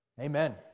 amen